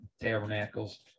Tabernacles